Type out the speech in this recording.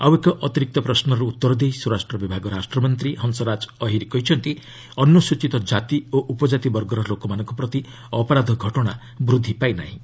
ଆଉ ଏକ ଅତିରିକ୍ତ ପ୍ରଶ୍ନର ଉତ୍ତର ଦେଇ ସ୍ୱରାଷ୍ଟ୍ର ବିଭାଗ ରାଷ୍ଟ୍ରମନ୍ତ୍ରୀ ହଂସରାଜ ଅହିର୍ କହିଛନ୍ତି ଅନୁସୂଚିତ ଜାତି ଓ ଉପଜାତି ବର୍ଗର ଲୋକମାନଙ୍କ ପ୍ରତି ଅପରାଧ ଘଟଣା ବୃଦ୍ଧି ପାଇ ନାହିଁ